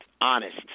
honest